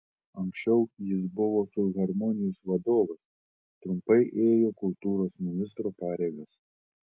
anksčiau jis buvo filharmonijos vadovas trumpai ėjo kultūros ministro pareigas